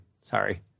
Sorry